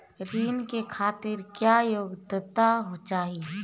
ऋण के खातिर क्या योग्यता चाहीं?